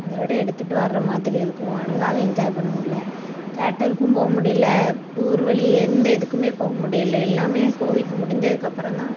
அதோட எடுத்துகிட்டு வர மாதிரி இருக்கும் ஒழுங்காவே என்ஜாய் பண்ண முடியல தேட்டருக்கும் போக முடியல டூர் வெளியே எந்த இதுக்குமே போக முடியல எல்லாமே கோவிட் முடிஞ்சதுக்கப்புறம் தான்